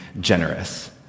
generous